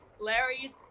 Larry